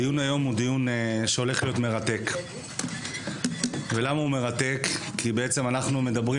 הדיון היום הולך להיות מרתק כי אנחנו מדברים